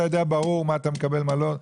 אתה יודע ברור מה אתה מקבל ומה לא.